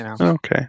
Okay